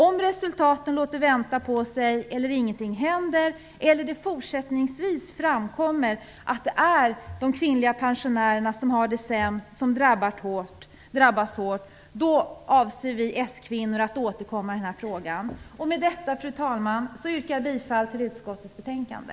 Om resultaten låter vänta på sig, om ingenting händer eller om det fortsättningsvis framkommer att det är de kvinnliga pensionärerna som har det sämst och som drabbas hårt, avser vi S-Kvinnor att återkomma i denna fråga. Med detta, fru talman, yrkar jag bifall till hemställan i utskottets betänkande.